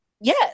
Yes